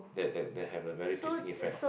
that that that have a very twisting effect